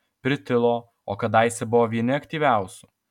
pritilo o kadaise buvo vieni aktyviausių